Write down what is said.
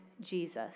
Jesus